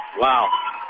Wow